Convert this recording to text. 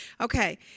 Okay